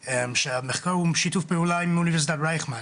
שהמחקר הוא בשיתוף פעולה עם אוניברסיטת רייכמן.